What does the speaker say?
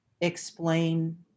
explain